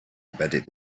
embedded